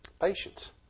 Patience